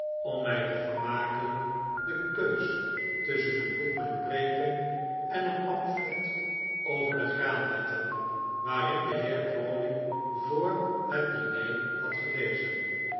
om mij te vermaken de keus tusschen een boek met preeken en een pamflet over de graanwetten waarin de heer crawley voor het diner had gelezen